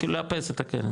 כאילו לאפס את הקרן.